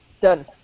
Done